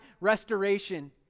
restoration